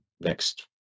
next